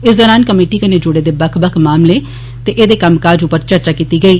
इस दौरान कमेटी कन्ने जुडे दे बक्ख बक्ख मामले ते ऐदे कम्मकाज उप्पर चर्चा कीती गेई